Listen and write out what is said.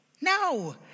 No